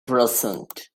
present